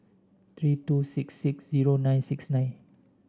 three two six six zero nine six nine